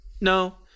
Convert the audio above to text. No